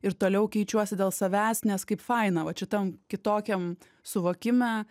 ir toliau keičiuosi dėl savęs nes kaip faina vat šitam kitokiam suvokime